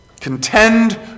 Contend